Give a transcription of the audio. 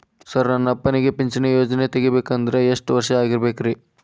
Sir ನನ್ನ ಅಪ್ಪನಿಗೆ ಪಿಂಚಿಣಿ ಯೋಜನೆ ಪಡೆಯಬೇಕಂದ್ರೆ ಎಷ್ಟು ವರ್ಷಾಗಿರಬೇಕ್ರಿ?